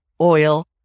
oil